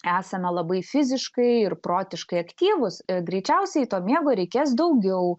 esame labai fiziškai ir protiškai aktyvūs greičiausiai to miego reikės daugiau